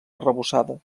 arrebossada